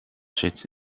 zit